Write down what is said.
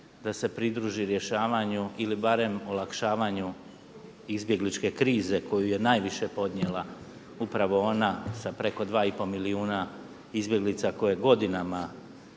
da se pridruži rješavanja ili barem olakšavanju izbjegličke krize koju je najviše podnijela upravo ona sa preko 2 i pol milijuna izbjeglica koje je godinama